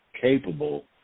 capable